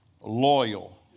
loyal